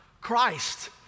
Christ